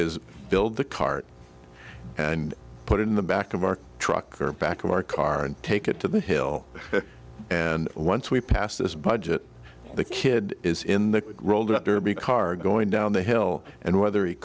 is build the cart and put it in the back of our truck back to our car and take it to the hill and once we pass this budget the kid is in the rolled up derby car going down the hill and whether